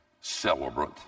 celebrate